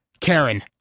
Karen